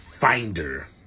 finder